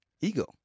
Ego